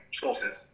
sources